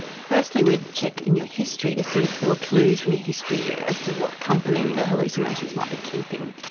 firstly we'd check in your history to see if there were any clues from your history as to what company the hallucinations might be keeping.